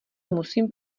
musím